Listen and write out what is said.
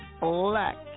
Black